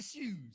issues